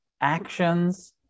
actions